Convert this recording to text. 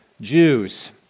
Jews